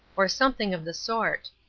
or something of the sort.